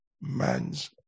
man's